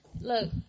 look